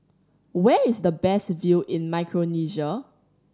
where is the best view in Micronesia